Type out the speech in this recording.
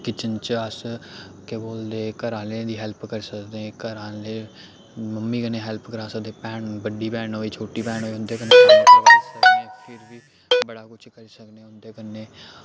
kitchen च अस केह् बोलदे घर आह्लें दी हैल्प करी सकदे घर आह्लें मम्मी कन्नै हैल्प करदे भैन बड्डी भैन होए छोटी भैन होए उं'दे कन्नै फिर बी बड़ा कुछ करी सकनें उं'दे कन्नै